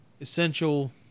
essential